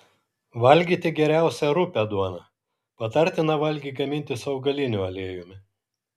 valgyti geriausia rupią duoną patartina valgį gaminti su augaliniu aliejumi